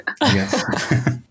Yes